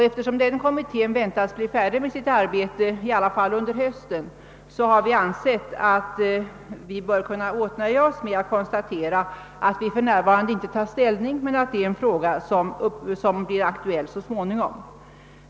Eftersom denna i varje fall under hösten väntas bli färdig med sitt arbete, har vi ansett att vi kunnat åtnöja oss med att inte nu ta ställning samtidigt som vi dock konstaterar att det är en fråga som blir aktuell så småningom.